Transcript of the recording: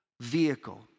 vehicle